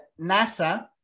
NASA